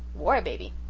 war-baby!